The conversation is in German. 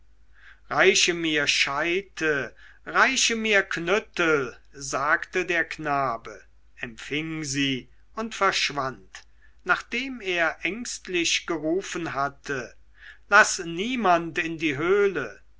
reiche mir scheite reiche mir knüttel sagte der knabe empfing sie und verschwand nachdem er ängstlich gerufen hatte laß niemand in die höhle